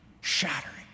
shattering